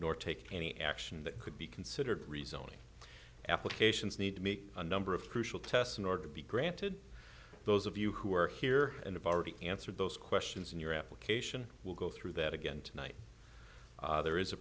nor take any action that could be considered resulting applications need to make a number of crucial test in order to be granted those of you who are here and i've already answered those questions in your application will go through that again tonight there is a